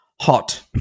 hot